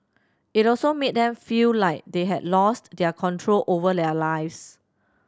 it also made them feel like they had lost their control over their lives